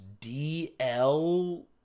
DL